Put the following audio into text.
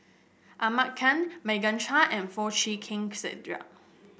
Ahmad Khan Morgan Chua and Foo Chee Keng Cedric